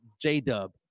J-Dub